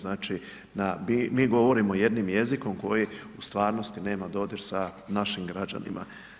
Znači, mi govorimo jednim jezikom koji u stvarnosti nema dodir sa našim građanima.